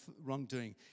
wrongdoing